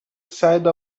side